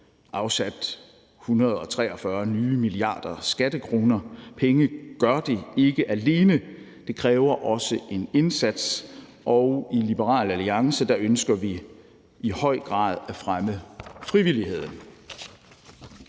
afsat 143 nye milliarder skattekroner. Penge gør det ikke alene. Det kræver også en indsats, og i Liberal Alliance ønsker vi i høj grad at fremme frivilligheden.